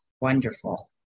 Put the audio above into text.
wonderful